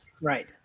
right